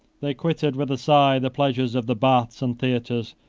they quitted, with a sigh, the pleasures of the baths and theatres,